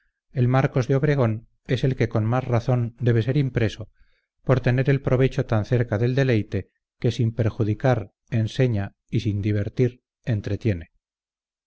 el marcos de obregón es el que con más razón debe ser impreso por tener el provecho tan cerca del deleite que sin perjudicar enseña y sin divertir entretiene